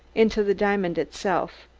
into the diamond itself.